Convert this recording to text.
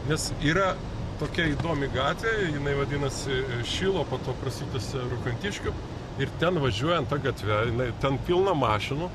nes yra tokia įdomi gatvė jinai vadinasi šilo po to prasitęsia rokantiškių ir ten važiuojant ta gatve jinai ten pilna mašinų